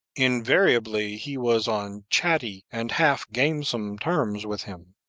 invariably he was on chatty and half-gamesome terms with him.